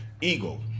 eagle